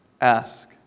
ask